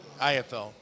ifl